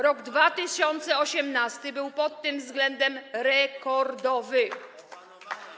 Rok 2018 był pod tym względem rekordowy.